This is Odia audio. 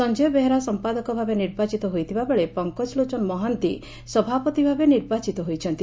ସଞ୍ଞୟ ବେହେରା ସମ୍ପାଦକ ଭାବେ ନିର୍ବାଚିତ ହେଇଥିବାବେଳେ ପଙ୍କଜଲୋଚନ ମହାନ୍ତି ସଭାପତି ଭାବେ ନିର୍ବାଚିତ ହୋଇଛନ୍ତି